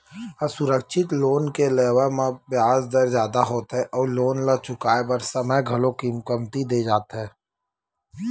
असुरक्छित लोन के लेवब म बियाज दर जादा होथे अउ लोन ल चुकाए बर समे घलो कमती दे जाथे